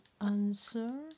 answer